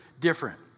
different